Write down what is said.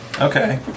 Okay